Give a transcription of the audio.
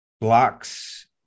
blocks